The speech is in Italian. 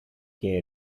che